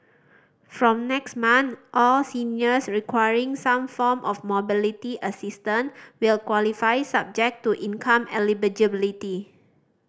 from next month all seniors requiring some form of mobility assistance will qualify subject to income eligibility